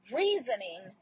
reasoning